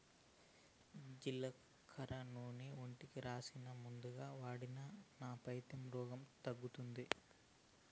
జీలకర్ర నూనె ఒంటికి రాసినా, మందుగా వాడినా నా పైత్య రోగం తగ్గుతాది